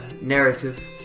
narrative